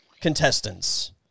contestants